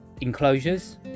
enclosures